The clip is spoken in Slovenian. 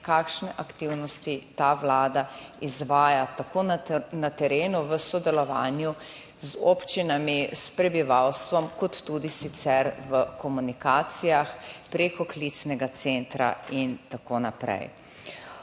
kakšne aktivnosti ta Vlada izvaja tako na terenu v sodelovanju z občinami, s prebivalstvom kot tudi sicer v komunikacijah preko klicnega centra in tako naprej.